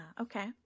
Okay